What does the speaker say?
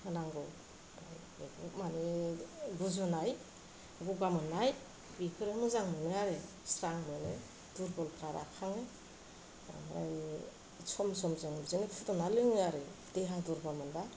बेखौ माने गुजुनाय गगा मोननाय बेफोर मोजां मोनो आरो स्रां मोनो दुरबलफ्रा राखाङो ओमफ्राय सम सम जों बिदिनो जों फुदुंनानै लोङो आरो देहा दुरबल मोनबा